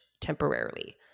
temporarily